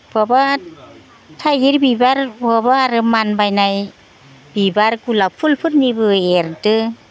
बहाबा थाइगिर बिबार बहाबा आरो मानबायनाय बिबार गोलाव फुलफोरनिबो एरदो